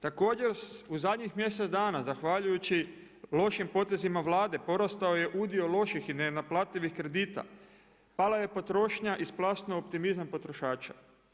Također u zadnjih mjesec dana zahvaljujući lošim potezima Vlade porastao je udio loših i nenaplativih kredita, pala je potrošnja i splasnuo optimizam potrošača.